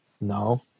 No